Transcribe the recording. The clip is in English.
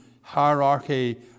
hierarchy